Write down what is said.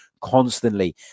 constantly